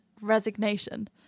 resignation